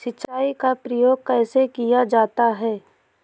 सिंचाई का प्रयोग कैसे किया जाता है?